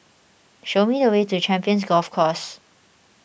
show me the way to Champions Golf Course